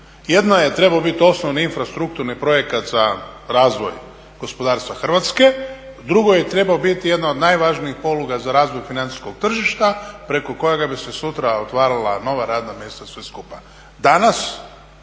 Jedno je trebao biti osnovni infrastrukturni projekt za razvoj gospodarstva Hrvatske, drugo je trebao biti jedna od najvažnijih poluga za razvoj financijskog tržišta preko kojega bi se sutra otvarala nova radna mjesta sve skupa.